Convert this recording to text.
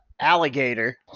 alligator